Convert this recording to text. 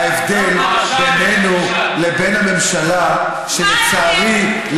ההבדל בינינו לבין הממשלה הוא שלצערי,